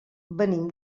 venim